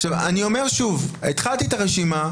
עכשיו, אני אומר שוב: התחלתי את הרשימה,